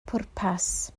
pwrpas